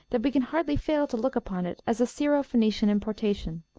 that we can hardly fail to look upon it as a syro-phoenician importation,